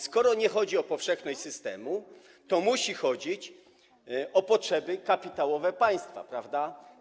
Skoro nie chodzi o powszechność systemu, to musi chodzić o potrzeby kapitałowe państwa, prawda?